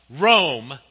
Rome